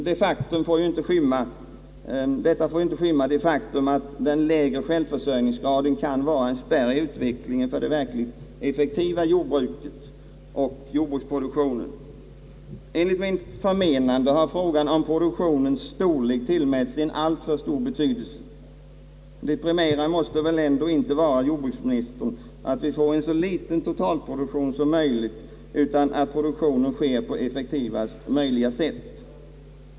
Detta får dock inte skymma det faktum, att den lägre självförsörjningsgraden kan vara en spärr i utvecklingen för det verkligt effektiva jordbruket och för jordbruksproduktionen. Enligt mitt förmenande har frågan om produktionens storlek tillmätts en alltför stor betydelse. Det primära måste väl ändå vara, herr jordbruksminister, inte att vi får en så liten totalproduktion som möjligt, utan att produktionen sker på effektivast möjliga sätt.